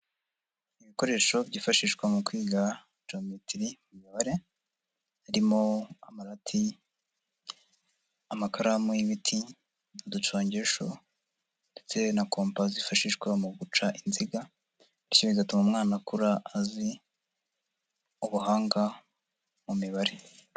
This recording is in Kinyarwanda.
Ibikoresho byifashishwa mu kwiga Geometry mu mibare, harimo amarati, amakaramu y'ibiti uducongesho ndetse na kompa zifashishwa mu guca inziga bityo bigatuma umwana akura azi ubuhanga mu mibare.